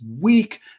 week